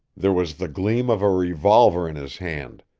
there was the gleam of a revolver in his hand.